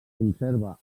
conserva